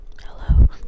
Hello